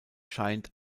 scheint